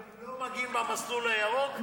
הם לא מגיעים במסלול הירוק,